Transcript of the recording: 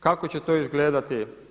Kako će to izgledati?